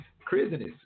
craziness